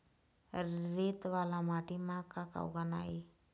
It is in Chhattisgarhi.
रेत वाला माटी म का का उगाना ये?